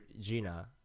Gina